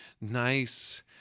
nice